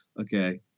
Okay